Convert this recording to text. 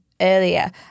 earlier